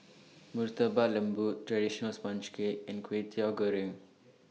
Murtabak Lembu Traditional Sponge Cake and Kwetiau Goreng